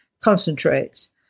concentrates